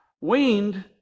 weaned